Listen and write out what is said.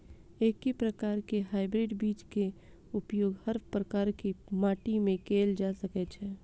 एके प्रकार केँ हाइब्रिड बीज केँ उपयोग हर प्रकार केँ माटि मे कैल जा सकय छै?